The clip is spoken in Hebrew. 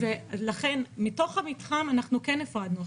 מתוך המתחם אנחנו כן הפרדנו.